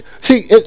see